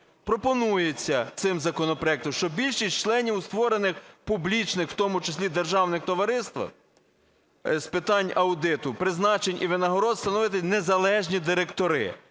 Пропонується цим законопроектом, щоб більшість членів у створених публічних, в тому числі державних товариствах з питань аудиту, призначень і винагород становили незалежні директори.